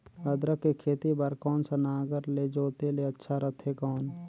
अदरक के खेती बार कोन सा नागर ले जोते ले अच्छा रथे कौन?